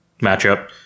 matchup